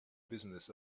business